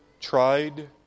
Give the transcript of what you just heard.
tried